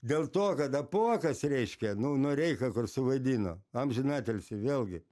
dėl to kad apuokas reiškia nu noreika kur suvaidino amžinatilsį vėlgi